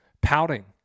pouting